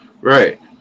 right